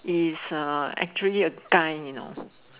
is uh actually a guy you know